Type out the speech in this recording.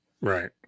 Right